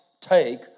take